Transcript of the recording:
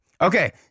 Okay